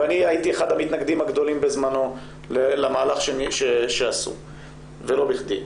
ואני הייתי אחד המתנגדים בזמנו למהלך שעשו ולא בכדי,